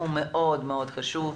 הוא מאוד מאוד חשוב.